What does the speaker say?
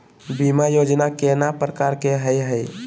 बीमा योजना केतना प्रकार के हई हई?